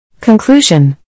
Conclusion